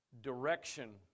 Direction